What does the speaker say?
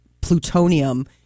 plutonium